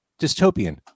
dystopian